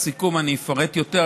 בסיכום אני אפרט יותר,